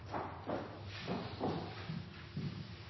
takk